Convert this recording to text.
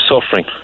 suffering